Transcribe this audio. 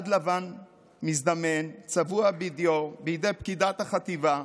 בד לבן מזדמן, צבוע בדיו בידי פקידת החטיבה,